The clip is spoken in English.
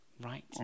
right